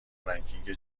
رنکینگ